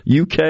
UK